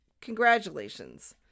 congratulations